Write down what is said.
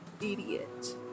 idiot